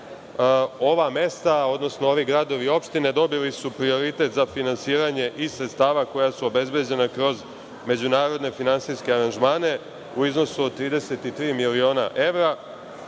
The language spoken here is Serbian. Ova mesta, odnosno ovi gradovi i opštine dobili su prioritet za finansiranje iz sredstava koja su obezbeđena kroz međunarodne finansijske aranžmane u iznosu od 33 miliona evra.